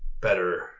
better